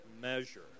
measure